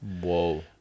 Whoa